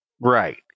Right